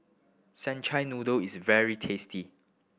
senchuai noodle is very tasty